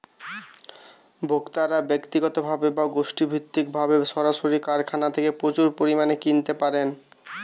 ভোক্তারা ব্যক্তিগতভাবে বা গোষ্ঠীভিত্তিকভাবে সরাসরি কারখানা থেকে প্রচুর পরিমাণে কিনতে পারেন